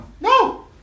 No